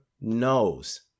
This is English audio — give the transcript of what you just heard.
knows